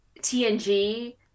TNG